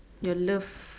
your love